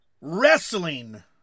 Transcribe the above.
wrestling